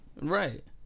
Right